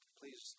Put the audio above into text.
please